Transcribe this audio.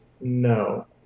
No